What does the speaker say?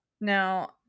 Now